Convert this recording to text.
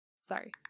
sorry